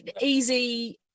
easy